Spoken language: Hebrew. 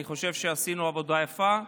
אני חושב שעשינו עבודה יפה,